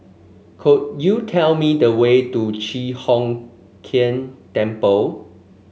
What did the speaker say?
could you tell me the way to Chi Hock Keng Temple